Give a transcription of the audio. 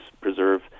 preserve